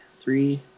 Three